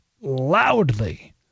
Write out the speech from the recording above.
loudly